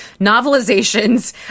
novelizations